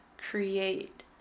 create